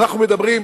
אנחנו מדברים,